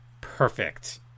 perfect